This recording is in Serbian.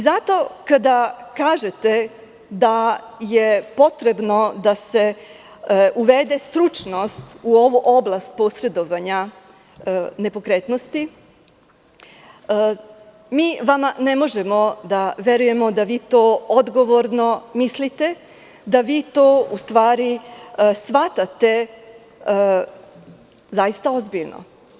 Zato, kada kažete da je potrebno da se uvede stručnost u ovu oblast posredovanja nepokretnosti, mi vama ne možemo da verujemo da vi to odgovorno mislite, da vi to u stvari shvatate zaista ozbiljno.